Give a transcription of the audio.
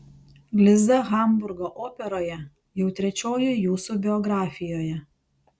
liza hamburgo operoje jau trečioji jūsų biografijoje